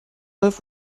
elf